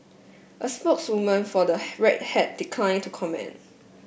a spokeswoman for the Red Hat declined to comment